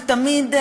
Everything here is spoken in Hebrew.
זה תמיד: